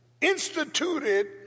instituted